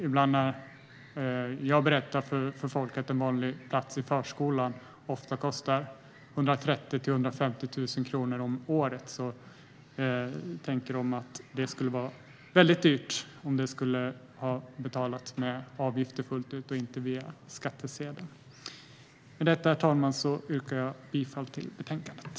Ibland när jag berättar för folk att en vanlig plats i förskolan ofta kostar 130 000-150 000 kronor om året tycker de att det skulle vara väldigt dyrt om det skulle betalas som avgifter fullt ut och inte via skattsedeln. Med detta, herr talman, yrkar jag bifall till utskottets förslag till beslut.